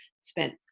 spent